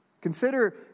Consider